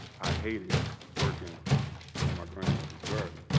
i hated working in my grandmother's garden.